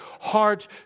heart